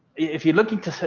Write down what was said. if you're looking to